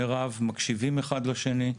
מירב, מקשיבים אחד לשני.